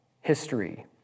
history